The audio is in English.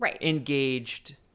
engaged